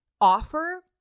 offer